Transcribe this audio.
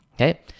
Okay